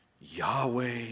Yahweh